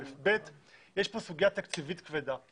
יש כאן סוגיה תקציבית כבדה.